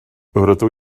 rydw